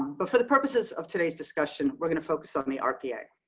but for the purposes of today's discussion, we're going to focus on the rpa.